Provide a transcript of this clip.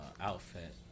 outfit